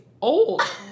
old